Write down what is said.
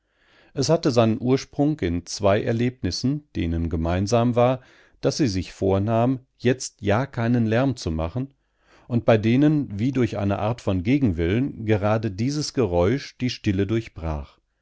es hatte seinen ursprung in zwei erlebnissen denen gemeinsam war daß sie sich vornahm jetzt ja keinen lärm zu machen und bei denen wie durch eine art von gegenwillen gerade dieses geräusch die stille durchbrach